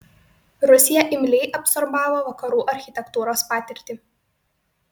rusija imliai absorbavo vakarų architektūros patirtį